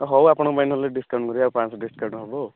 ହଉ ଆପଣ ପାଇଁ ନହେଲେ ଡ଼ିସକାଉଣ୍ଟ କରିବା ଆଉ ପାଞ୍ଚଶହ ଡିସକାଉଣ୍ଟ ହେବ ଆଉ